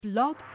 Blog